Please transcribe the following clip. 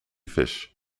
fish